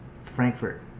Frankfurt